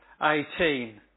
18